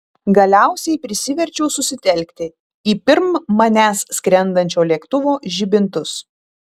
galiausiai prisiverčiau susitelkti į pirm manęs skrendančio lėktuvo žibintus